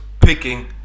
picking